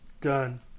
Done